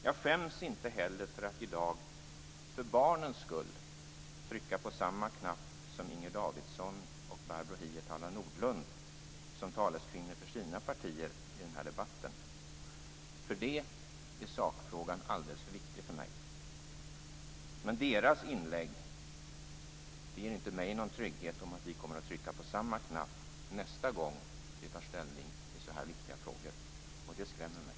Jag skäms inte heller för att i dag för barnens skull trycka på samma knapp som Inger Davidson och Barbro Hietala Nordlund, taleskvinnor för sina partier i den här debatten. För det är sakfrågan alldeles för viktig för mig. Men deras inlägg ger inte mig någon trygghet om att vi kommer att trycka på samma knapp nästa gång vi tar ställning i så här viktiga frågor, och det skrämmer mig.